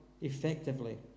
effectively